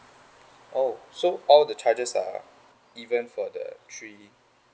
oh so all the charges are even for the three